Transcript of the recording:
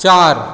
चार